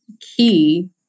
key